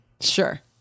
Sure